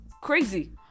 crazy